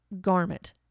garment